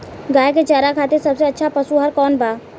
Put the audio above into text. गाय के चारा खातिर सबसे अच्छा पशु आहार कौन बा?